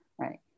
right